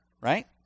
Right